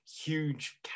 huge